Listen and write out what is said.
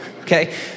okay